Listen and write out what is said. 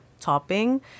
topping